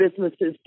businesses